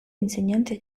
insegnante